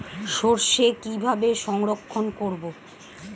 সরষে কিভাবে সংরক্ষণ করব?